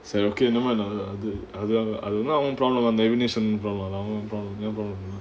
okay never mind அது அது அது அவனோட அந்த:athu athu athu avanoda antha abhineshan problem